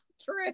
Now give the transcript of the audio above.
true